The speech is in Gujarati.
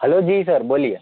હલો જી સર બોલીએ